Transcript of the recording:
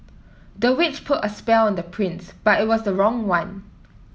the witch put a spell on the prince but it was the wrong one